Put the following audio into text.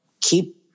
keep